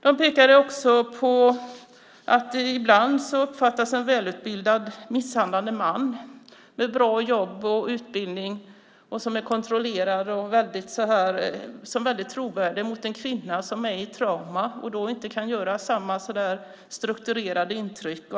De pekade också på att en välutbildad misshandlande man med bra jobb och utbildning som är kontrollerad uppfattas som väldigt trovärdig jämfört med en kvinna som är i trauma och inte kan ge samma strukturerade intryck.